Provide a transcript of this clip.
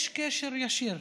יש קשר ישיר